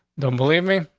don't believe me.